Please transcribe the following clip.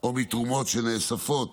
או מתרומות שנאספות